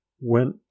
went